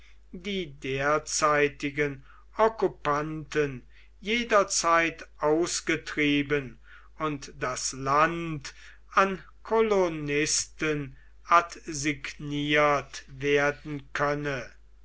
die derzeitigen okkupanten jederzeit ausgetrieben und das land an kolonisten adsigniert werden könne